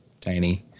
tiny